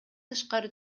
тышкары